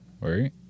right